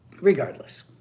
regardless